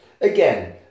Again